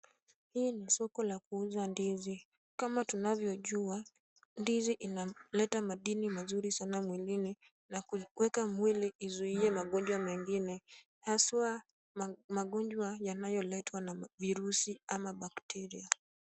Hii ni soko la kuuza ndizi, kama tunavyojua ndizi inaleta madini mazuri sana mwilini na kuweka mwili izuie magonjwa mengine haswa magonjwa yanayoletwa na virusi ama bakteria.